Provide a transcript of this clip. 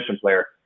player